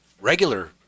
regular